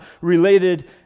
related